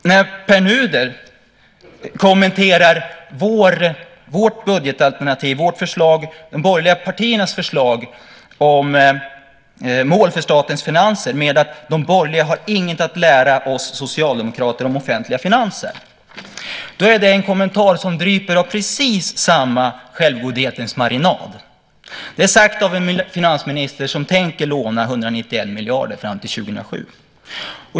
När Pär Nuder kommenterar de borgerliga partiernas förslag om mål för statens finanser med att de borgerliga har inget att lära oss socialdemokrater om offentliga finanser är det en kommentar som dryper av precis samma självgodhetens marinad. Det är sagt av en finansminister som tänker låna 191 miljarder fram till 2007.